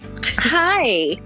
Hi